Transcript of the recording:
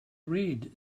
read